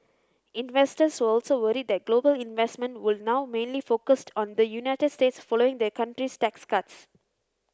investors were also worried that global investment would now mainly focused on the United States following the country's tax cuts